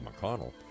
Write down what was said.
McConnell